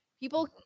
People